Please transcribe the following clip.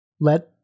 let